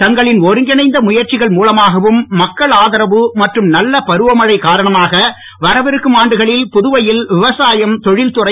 தங்களின் ஒருங்கிணைந்த முயற்சிகள் மூலமாகவும் மக்கள் ஆதரவு மற்றும் நல்ல பருவமழை காரணமாக வரவிருக்கும் ஆண்டுகளில் புதுவையில் விவசாயம் தொழில்துறை